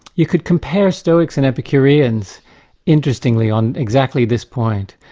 you could compare stoics and epicureans interestingly, on exactly this point.